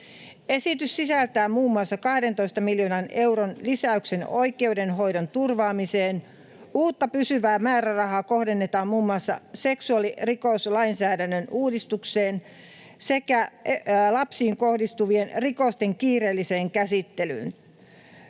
Esitys sisältää muun muassa 12 miljoonan euron lisäyksen oikeudenhoidon turvaamiseen. Uutta pysyvää määrärahaa kohdennetaan muun muassa seksuaalirikoslainsäädännön uudistukseen sekä lapsiin kohdistuvien rikosten kiireelliseen käsittelyyn.